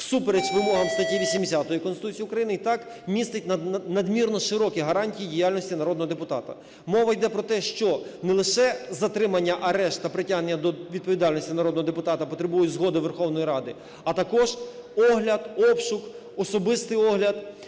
всупереч вимогам статті 80 Конституції України, і так містить надмірно широкі гарантії діяльності народного депутата. Мова йде про те, що не лише затримання, арешт та притягнення до відповідальності народного депутата потребують згоди Верховної Ради, а також огляд, обшук, особистий огляд,